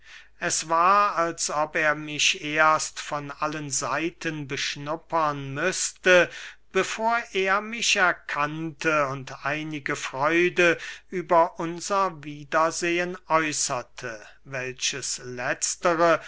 es war als ob er mich erst von allen seiten beschnuppern müßte bevor er mich erkannte und einige freude über unser wiedersehen äußerte welches letztere